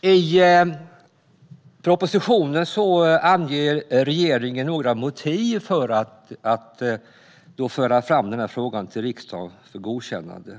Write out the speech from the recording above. I propositionen anger regeringen några motiv för att föra fram den här frågan till riksdagen för godkännande.